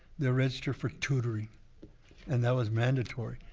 they register for tutoring and that was mandatory.